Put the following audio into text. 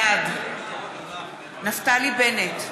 בעד נפתלי בנט,